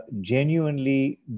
genuinely